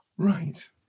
Right